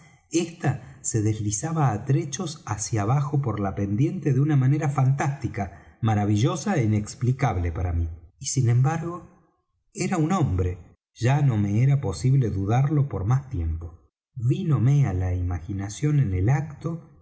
esta se deslizaba á trechos hacia abajo por la pendiente de una manera fantástica maravillosa é inexplicable para mí y sin embargo era un hombre ya no me era posible dudarlo por más tiempo vínome á la imaginación en el acto